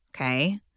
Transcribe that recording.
okay